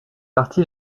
partie